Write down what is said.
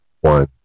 one